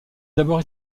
d’abord